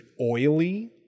oily